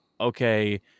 okay